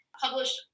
published